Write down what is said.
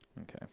Okay